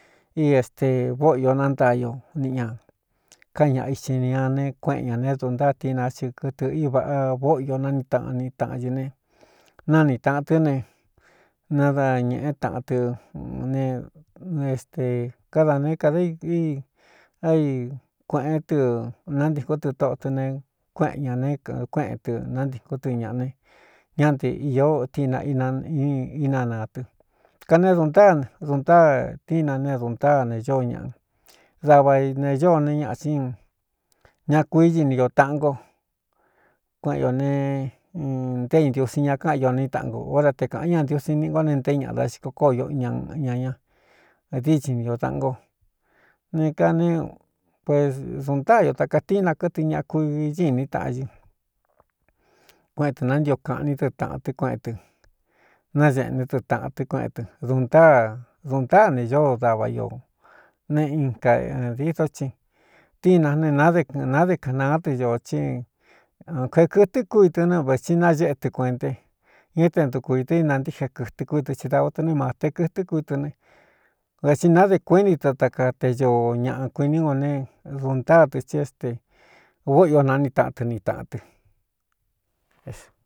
Este vóꞌo io nántaa io niꞌi ñā káꞌan ñaꞌa ixin ña ne kueꞌen ñā ne duntáa tiína xɨkɨtɨ í vāꞌa vóꞌo io naní taꞌan niꞌ tāꞌan ñɨ ne náni tāꞌan tɨ́ ne nadañēꞌé taꞌan tɨ ne éstē kada neé kadā í é i kuēꞌen tɨ nántīkón tɨ tóꞌo tɨ ne kueꞌen ñā ne kueꞌen tɨ nántīkún tɨ ñāꞌa ne ñá nte īó tíina inanaa tɨ kanee duntáa duntáa tíinna ne duntáa ne ñóo ñaꞌa dava ne ñóo ne ñaꞌa cí ña kuíini io taꞌan nko kueꞌen ñō ne nté intusin ña káꞌan io ní taꞌan nko ora te kāꞌan ña ntiusi niꞌi ngo ne nté ñaꞌa da xiko kóo io ñña ña dícin ni ñō taꞌan nko ne kaneéu pues duntáꞌa io taka tíinna kɨtɨ ñaꞌa kuiñɨ ní taꞌan ñɨ kueꞌen tɨ nántio kaꞌní tɨ tāꞌan tɨ kueꞌen tɨ náñeꞌe ne tɨ tāꞌan tɨ kueꞌen tɨ duntáa duntáa ne ñóo dava io ne in kadidó csi tíina ne nade kɨ̄ꞌɨn nade kanaá dɨ ñō thí ān jee kɨtɨ́ kúitɨ ne vē tsi nañéꞌe tɨ kueꞌnté ña é te ntuku ītɨ inantíꞌje kɨ̄tɨ kuitɨ tsi dāa tɨ ne māte kɨtɨ́ kuitɨ ne ve tsi náde kuíꞌni dɨ ta ka te ñoo ñaꞌa kuiní go ne duntáa dɨ tí é ste vóꞌo io naní taꞌan tɨ ni tāꞌan tɨ.